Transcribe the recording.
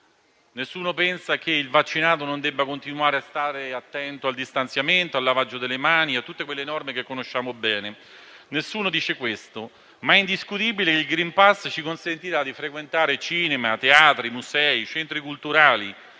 nessuno pensa che il vaccinato non debba continuare a stare attento al distanziamento, al lavaggio delle mani e a tutte quelle norme che conosciamo bene. Nessuno dice questo, ma è indiscutibile che il *green pass* ci consentirà di frequentare cinema, teatri, musei, centri culturali